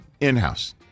in-house